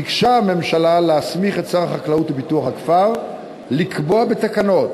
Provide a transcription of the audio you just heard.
ביקשה הממשלה להסמיך את שר החקלאות ופיתוח הכפר לקבוע בתקנות